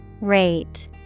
Rate